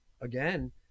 again